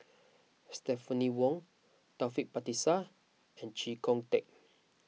Stephanie Wong Taufik Batisah and Chee Kong Tet